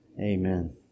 Amen